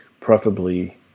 Preferably